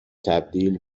تبدیل